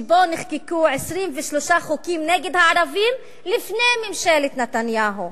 שבו נחקקו 23 חוקים נגד הערבים לפני ממשלת נתניהו.